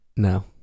No